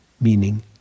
meaning